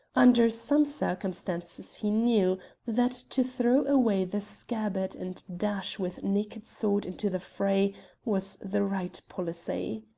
under some circumstances he knew that to throw away the scabbard and dash with naked sword into the fray was the right policy.